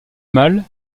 mâle